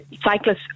cyclists